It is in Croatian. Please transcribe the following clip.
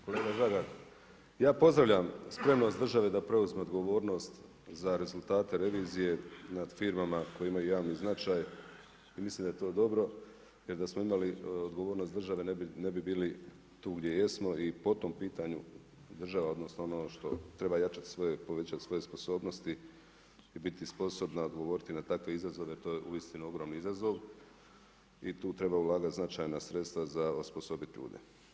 Kolega Žagar, ja pozdravljam spremnost države da preuzme odgovornost za rezultate revizije nad firmama koje imaju javni značaj i mislim da je to dobro jer da smo imali odgovornost države ne bi bili tu gdje jesmo i po tom pitanju država odnosno ono što treba jačati svoje povećati svoje sposobnosti i biti sposobna odgovoriti na takve izazove, to je uistinu ogromni izazov i tu treba ulagati značajna sredstva za osposobiti ljude.